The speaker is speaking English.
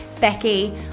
Becky